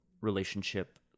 relationship